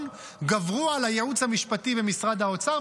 גברו על הייעוץ המשפטי במשרד האוצר,